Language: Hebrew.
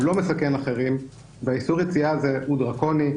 הוא לא מסכן אחרים ואיסור היציאה הזה הוא דרקוני.